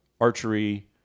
archery